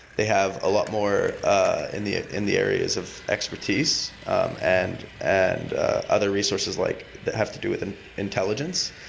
they have a lot more and ah in the areas of expertise and and ah other resources like that have to do with and intelligence.